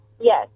Yes